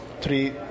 three